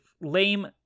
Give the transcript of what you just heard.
lame